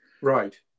Right